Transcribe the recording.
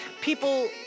people